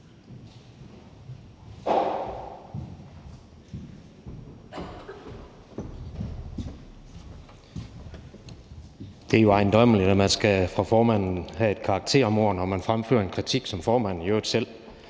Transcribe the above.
Det er jo ejendommeligt, at man skal udsættes for et karaktermord fra formanden, når man fremfører en kritik, som formanden i øvrigt selv